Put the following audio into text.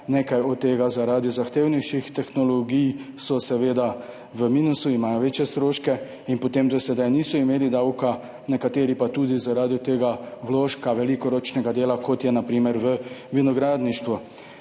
Nekaj od tega zaradi zahtevnejših tehnologij, so seveda v minusu, imajo večje stroške in potem do zdaj niso imeli davka, nekateri pa tudi zaradi tega vložka veliko ročnega dela, kot je na primer v vinogradništvu.